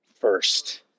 first